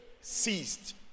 ceased